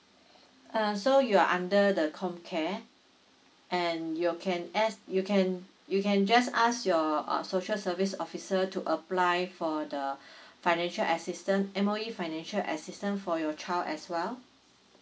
uh so you're under the com care and you can ask you can you can just ask your uh social service officer to apply for the financial assistant M_O_E financial assistant for your child as well